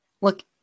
Look